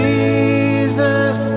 Jesus